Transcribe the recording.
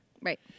Right